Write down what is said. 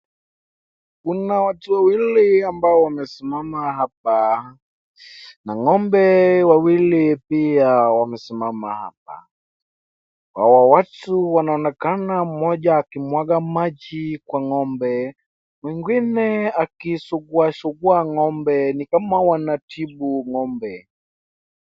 Kuna watu wawili ambao wamesimama hapa, na ngo'mbe wawili pia wamesimama hapa. Hawa watu wanaonekana mmoja akimwaga maji kwa ngo'mbe, mwingine akisugua sugua ngo'mbe, ni kama wanatibu ngo'mbe.